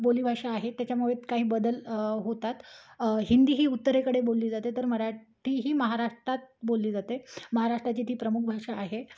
बोली भाषा आहे त्याच्यामुळे काही बदल होतात हिंदी ही उत्तरेकडे बोलली जाते तर मराठी ही महाराष्ट्रात बोलली जाते महाराष्ट्राची ती प्रमुख भाषा आहे